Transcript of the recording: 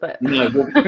No